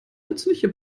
nützliche